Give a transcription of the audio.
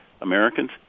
Americans